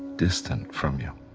distant from you,